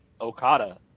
Okada